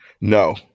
No